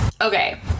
Okay